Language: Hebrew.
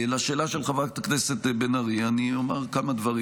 לשאלה של חברת הכנסת בן ארי, אני אומר כמה דברים.